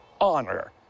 honor